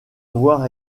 avoir